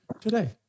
today